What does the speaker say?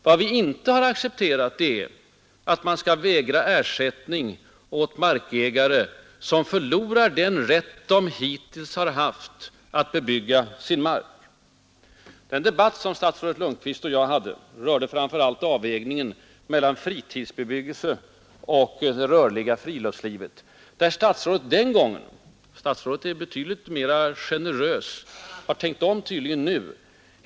Vad vi inte accepterat är att man skall vägra ersättning åt markägare som förlorar den rätt de hittills har haft att bebygga sin mark. Den debatt som statsrådet Lundkvist och jag hade förra hösten rörde framför allt avvägningen mellan fritidsbebyggelse och det rörliga friluftslivet. Statsrådet är nu betydligt mer generös mot glesbebyggelse än då och har tydligen tänkt om.